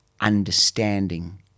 understanding